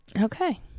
Okay